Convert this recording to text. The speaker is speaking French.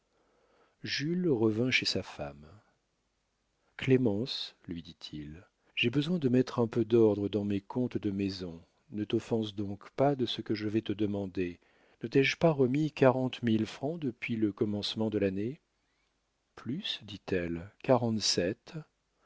jules revint chez sa femme clémence lui dit-il j'ai besoin de mettre un peu d'ordre dans mes comptes de maison ne t'offense donc pas de ce que je vais te demander ne t'ai-je pas remis quarante mille francs depuis le commencement de l'année plus dit-elle